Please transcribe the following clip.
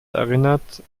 erinnerte